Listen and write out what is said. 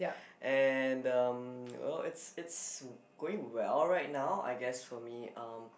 and um well it's it's going well right now I guess for me um